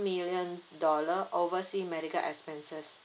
million dollar oversea medical expenses